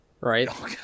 Right